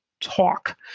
talk